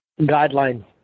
guideline